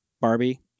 Barbie